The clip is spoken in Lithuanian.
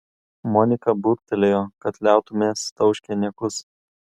monika burbtelėjo kad liautumės tauškę niekus